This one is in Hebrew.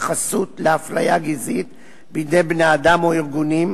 חסות לאפליה גזעית בידי בני-אדם או ארגונים,